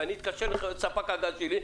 ואני אתקשר לספק הגז שלי,